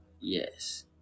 yes